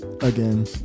again